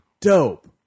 dope